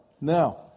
Now